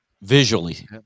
visually